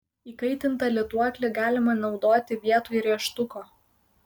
įkaitintą lituoklį galima naudoti vietoj rėžtuko